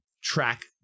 track